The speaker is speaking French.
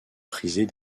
prisée